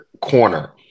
corner